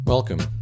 Welcome